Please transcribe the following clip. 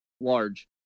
large